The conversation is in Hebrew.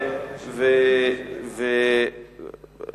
לא תמיד מספיקות.